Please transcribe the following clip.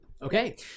Okay